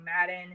Madden